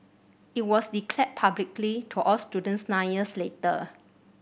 it was declared publicly to all students nine years later